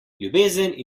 ljubezen